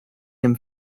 him